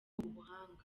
ubuhanga